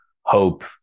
hope